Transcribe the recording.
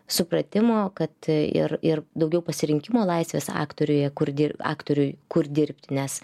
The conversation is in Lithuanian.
supratimo kad ir ir daugiau pasirinkimo laisvės aktoriuje kur di aktoriui kur dirbti nes